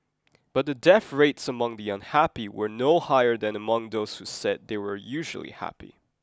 but the death rates among the unhappy were no higher than among those who said they were usually happy